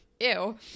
ew